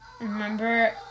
Remember